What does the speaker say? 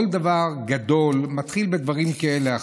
כל דבר גדול מתחיל בדברים כאלה,